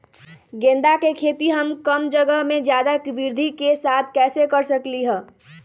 गेंदा के खेती हम कम जगह में ज्यादा वृद्धि के साथ कैसे कर सकली ह?